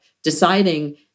deciding